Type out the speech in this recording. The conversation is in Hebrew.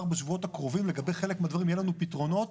בשבועות הקרובים לגבי חלק מהדברים יהיה לנו פתרונות,